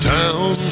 town